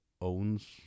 owns